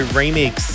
remix